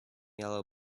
yellow